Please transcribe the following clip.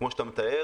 כמו שאתה מתאר,